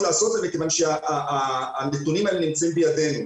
לעשות כיוון שהנתונים נמצאים בידינו.